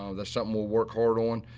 ah that's something we'll work hard on.